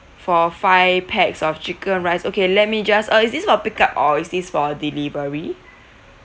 for five packs of chicken rice okay let me just uh is this for pick up or is this for delivery